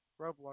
Roblox